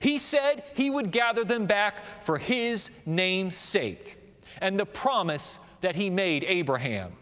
he said he would gather them back for his name's sake and the promise that he made abraham.